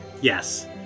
Yes